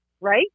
right